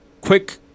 Quick